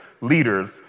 leaders